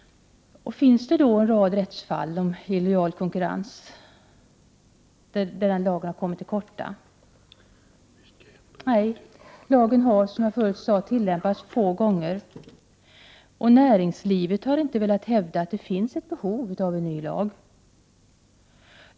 Finns det en rad rättsfall där lagen om illojal konkurrens kommit till korta? Nej. Lagen har, som jag förut sade, tillämpats ett fåtal gånger. Näringslivet har inte velat hävda att det finns ett behov av en ny lag.